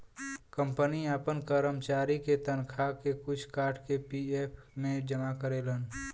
company आपन करमचारी के तनखा के कुछ काट के पी.एफ मे जमा करेलन